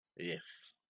Yes